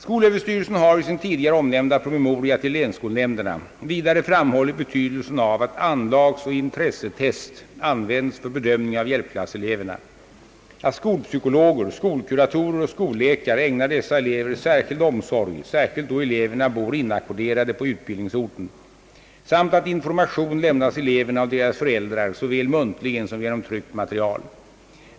Skolöverstyrelsen har i sin tidigare omnämnda promemoria till länsskolnämnderna vidare framhållit betydelsen av att anlagsoch intressetest används för bedömning av hjälpklasseleverna, att skolpsykologer, skolkuratorer och skolläkare ägnar dessa elever speciell omsorg särskilt då eleverna bor inackorderade på utbildningsorten samt att information lämnas eleverna och deras föräldrar såväl muntligen som genom tryckt material.